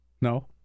No